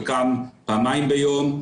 חלקם פעמיים ביום,